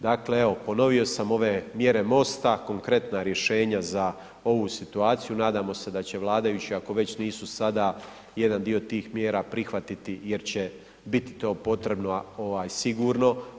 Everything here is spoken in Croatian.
Dakle, evo ponovio sam mjere MOST-a, konkretna rješenja za ovu situaciju, nadamo se da će vladajući ako već nisu sada jedan dio tih mjera prihvatiti jer će bit to potrebno sigurno.